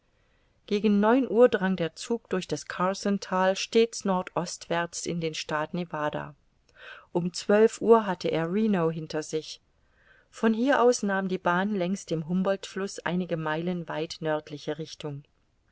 gegen neun uhr drang der zug durch das carson thal stets nordostwärts in den staat nevada um zwölf uhr hatte er reno hinter sich von hier aus nahm die bahn längs dem humboldtfluß einige meilen weit nördliche richtung